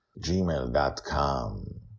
gmail.com